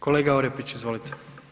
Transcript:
Kolega Orepić, izvolite.